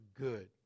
good